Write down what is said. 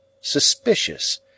suspicious